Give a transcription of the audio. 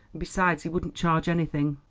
besides, he wouldn't charge anything.